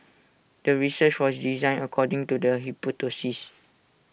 the research was designed according to the hypothesis